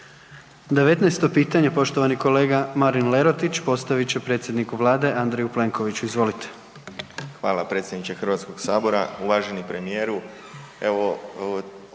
19. pitanje poštovani kolega Marin Lerotić postavit će predsjedniku Vlade Andreju Plenkoviću. Izvolite. **Lerotić, Marin (IDS)** Hvala predsjedniče Hrvatskog sabora. Uvaženi premijeru